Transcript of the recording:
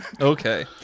Okay